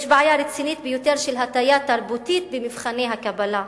יש בעיה רצינית ביותר של הטיה תרבותית במבחני הקבלה.